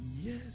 Yes